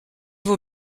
vos